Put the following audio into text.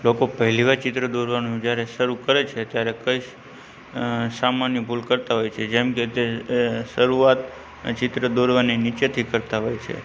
લોકો પહેલીવાર ચિત્ર દોરવાનું જયારે શરુ કરે છે ત્યારે કંઈ જ સામન્ય ભૂલ કરતા હોય છે જેમ કે તે શરુઆત ચિત્ર દોરવાની નીચેથી કરતા હોય છે